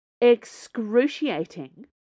Excruciating